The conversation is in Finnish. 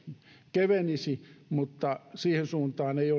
kevenisi mutta siihen suuntaan ei